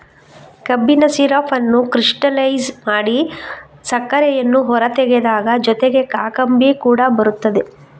ಕಬ್ಬಿನ ಸಿರಪ್ ಅನ್ನು ಕ್ರಿಸ್ಟಲೈಜ್ ಮಾಡಿ ಸಕ್ಕರೆಯನ್ನು ಹೊರತೆಗೆದಾಗ ಜೊತೆಗೆ ಕಾಕಂಬಿ ಕೂಡ ಬರುತ್ತದೆ